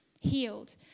healed